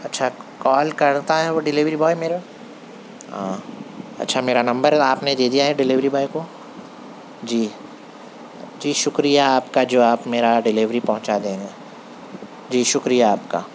اچھا کال کرتا ہے وہ ڈلیوری بوائے میرا آ اچھا میرا نمبر آپ نے دے دیا ہے ڈلیوری بوائے کو جی جی شُکریہ آپ کا جو آپ میرا ڈلیوری پہنچا دیں گے جی شُکریہ آپ کا